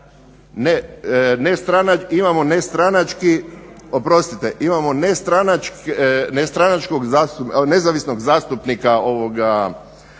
nezavisnog zastupnika, zastupnika